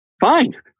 fine